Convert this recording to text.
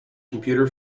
computer